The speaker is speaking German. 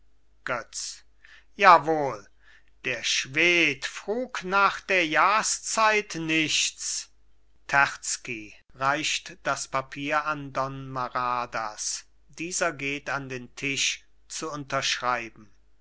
götz ja wohl der schwed frug nach der jahrszeit nichts terzky reicht das papier an don maradas dieser geht an den tisch zu unterschreiben